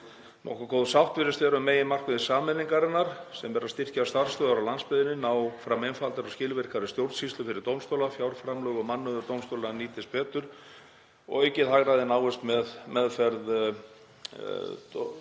Nokkuð góð sátt virðist vera um meginmarkmið sameiningarinnar sem er að styrkja starfsstöðvar á landsbyggðinni, ná fram einfaldari og skilvirkari stjórnsýslu fyrir dómstóla, að fjárframlög og mannauður dómstóla nýtist betur og að aukið hagræði náist í meðferð dómsmála,